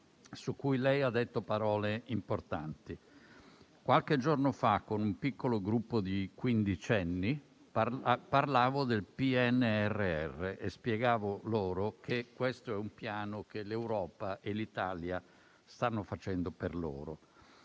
su cui ha detto parole importanti. Qualche giorno fa, con un piccolo gruppo di quindicenni, parlavo del PNRR e spiegavo loro che questo è un piano che l'Europa e l'Italia stanno facendo per loro.